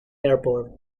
airport